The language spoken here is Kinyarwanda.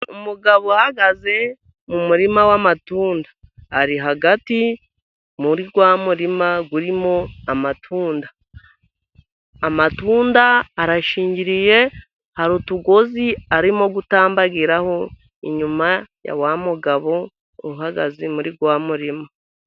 Umugabo uhagaze mu murima w'amatunda, ari hagati muri wa murima urimo amatunda. Amatunda arashingiriye, hari utugozi arimo gutambagiraho, inyuma ya wa mugabo uhagaze muri wa murima.